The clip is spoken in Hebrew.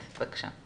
בבקשה.